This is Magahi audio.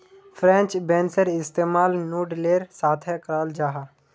फ्रेंच बेंसेर इस्तेमाल नूडलेर साथे कराल जाहा